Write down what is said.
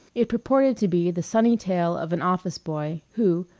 it purported to be the sunny tale of an office boy who,